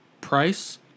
Price